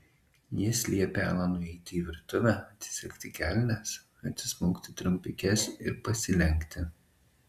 jis liepė alanui eiti į virtuvę atsisegti kelnes atsismaukti trumpikes ir pasilenkti